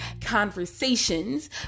Conversations